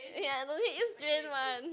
ya don't need use brain one